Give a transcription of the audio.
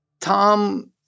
Tom